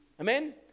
amen